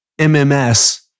MMS